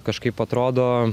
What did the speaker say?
kažkaip atrodo